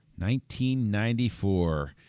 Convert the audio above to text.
1994